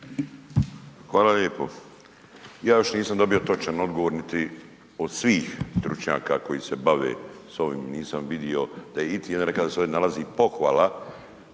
Hvala lijepo. Ja još nisam dobio točan odgovor niti od svih stručnjaka koji se bave s ovim nisam vidio da je iti jedan rekao da se ovdje nalazi pohvala